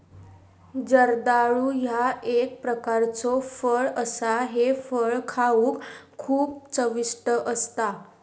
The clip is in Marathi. जर्दाळू ह्या एक प्रकारचो फळ असा हे फळ खाउक खूप चविष्ट असता